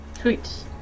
Sweet